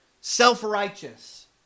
Self-righteous